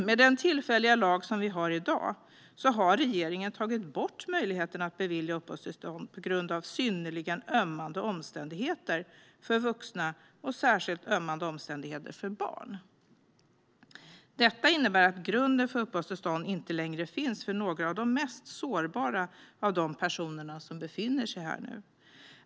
Med den tillfälliga lag som vi har i dag har regeringen tagit bort möjligheten att bevilja uppehållstillstånd på grund av synnerligen ömmande omständigheter för vuxna och särskilt ömmande omständigheter för barn. Det innebär att grunden för uppehållstillstånd inte längre finns för några av de mest sårbara av de personer som befinner sig här nu.